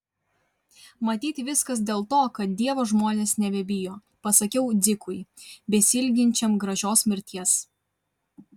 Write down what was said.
matyt viskas dėl to kad dievo žmonės nebebijo pasakiau dzikui besiilginčiam gražios mirties